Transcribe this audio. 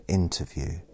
interview